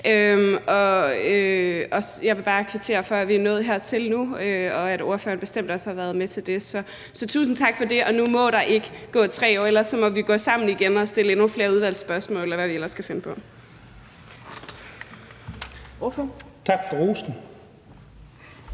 jeg vil bare kvittere for, at vi er nået hertil nu, og at ordføreren for forslagsstillerne bestemt også har været med til det. Så tusind tak for det. Og nu må der ikke gå 3 år igen; ellers må vi gå sammen igen og stille endnu flere udvalgsspørgsmål, og hvad vi ellers kan finde på.